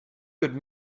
could